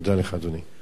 תודה לך, אדוני.